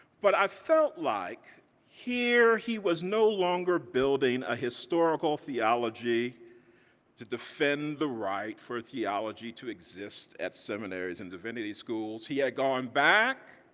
but i felt like here he was no longer building a historical theology to defend the right for theology to exist at seminaries and divinity schools, he had gone back